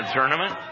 tournament